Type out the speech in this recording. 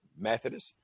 Methodist